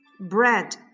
bread